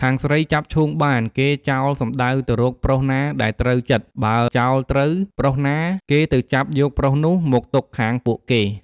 ខាងស្រីចាប់ឈូងបាន គេចោលសំដៅទៅរកប្រុសណាដែលត្រូវចិត្ដ បើចោលត្រូវប្រុសណា គេទៅចាប់យកប្រុសនោះមកទុកខាងពួកគេ។